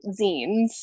zines